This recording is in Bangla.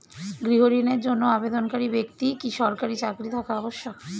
গৃহ ঋণের জন্য আবেদনকারী ব্যক্তি কি সরকারি চাকরি থাকা আবশ্যক?